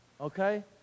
okay